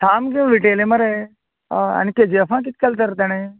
सामकें विटयलें मरे हय आनी केजीएफा किद केलां तर तेणें